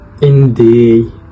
Indeed